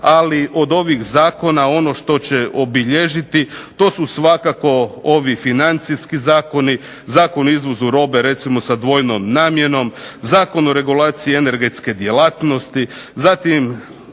Ali od ovih zakona ono što će obilježiti to su svakako ovi financijski zakoni, Zakon o izvozu robe recimo sa dvojnom namjenom, Zakon o regulaciji energetske djelatnosti. Zatim